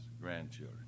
grandchildren